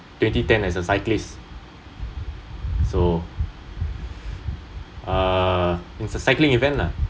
twenty ten as a cyclist so err is a cycling event lah